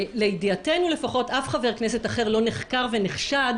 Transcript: לידיעתנו לפחות אף חבר כנסת אחר לא נחקר ונחשד